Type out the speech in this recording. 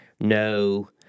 no